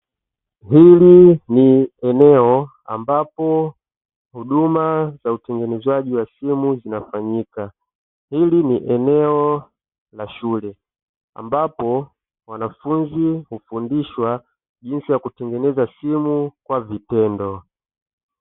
Hili ni eneo ambapo huduma za utengenezaji wa simu zinafanyika, hili ni eneo la shule ambapo wanafunzi hufundishwa jinsi ya kutengeneza simu kwa vitendo.